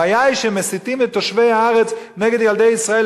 הבעיה היא שהם מסיתים את תושבי הארץ נגד ילדי ישראל,